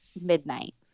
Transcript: midnight